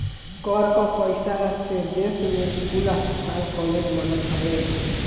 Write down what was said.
कर कअ पईसा से देस में स्कूल, अस्पताल कालेज बनत हवे